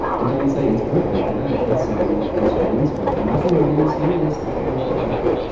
i don't say it's perfect, yeah it has some constraints, but nothing really serious that could not be overcome.